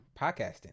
podcasting